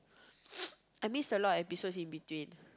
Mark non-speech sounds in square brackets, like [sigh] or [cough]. [noise] I miss a lot of episodes in between